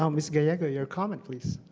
um ms. gallego, your comment please.